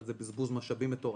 זה בזבוז משאבים מטורף.